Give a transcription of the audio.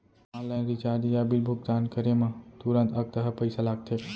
Online recharge या bill भुगतान करे मा तुरंत अक्तहा पइसा लागथे का?